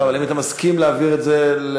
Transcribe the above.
לא, אבל האם אתה מסכים להעביר את זה לוועדה?